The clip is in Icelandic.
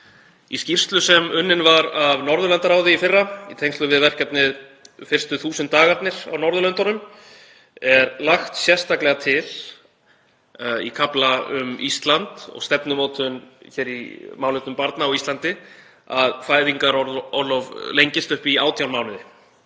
Í skýrslu sem unnin var af Norðurlandaráði í fyrra í tengslum við verkefnið Fyrstu 1000 dagar barnsins á Norðurlöndunum er lagt sérstaklega til í kafla um Ísland og stefnumótun í málefnum barna á Íslandi að fæðingarorlof orlof lengist upp í 18 mánuði.